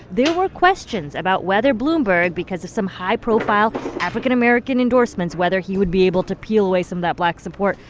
there were questions about whether bloomberg because of some high-profile african american endorsements, whether he would be able to peel away some of that black support.